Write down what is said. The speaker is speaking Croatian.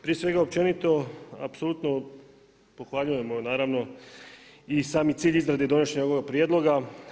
Prije svega općenito apsolutno pohvaljujemo i sami cilj izrade donošenja ovoga prijedloga.